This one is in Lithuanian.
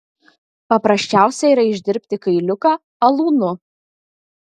paprasčiausia yra išdirbti kailiuką alūnu